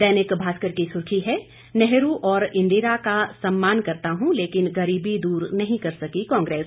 दैनिक भास्कर की सुर्खी है नेहरू और इंदिरा का सम्मान करता हूं लेकिन गरीबी दूर नहीं कर सकी कांग्रेस